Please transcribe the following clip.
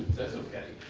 that's okay.